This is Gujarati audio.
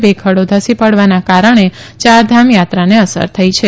ભેખડો ધસી પડવાના કારણે યારધામ થાત્રાને અસર થઇ છે